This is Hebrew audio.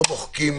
לא מוחקים